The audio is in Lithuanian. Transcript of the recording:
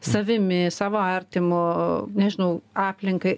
savimi savo artimu nežinau aplinkai